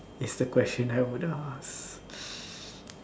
is the question I would ask